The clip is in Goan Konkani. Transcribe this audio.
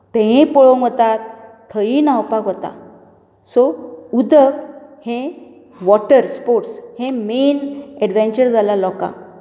तेंय पळोवंक वतात थंय न्हावपाक वतात सो उदक हें वॉटर स्पोर्ट्स हें मेन एडवॅन्चर जालां लोकांक